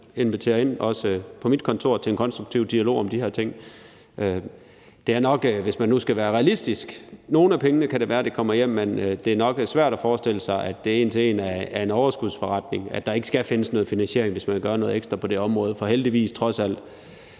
invitere ind på mit kontor til en konstruktiv dialog om de her ting. Hvis man nu skal være realistisk, kan det godt være, at nogle af pengene kan komme hjem, men det er nok svært at forestille sig, at det en til en er en overskudsforretning, og at der ikke skal findes nogen finansiering, hvis man vil gøre noget ekstra på det område. For heldigvis bliver